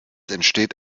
entsteht